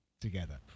together